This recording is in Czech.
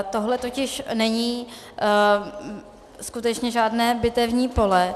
Tohle totiž není skutečné žádné bitevní pole.